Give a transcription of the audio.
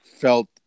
felt